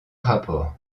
rapport